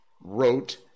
wrote